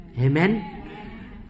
Amen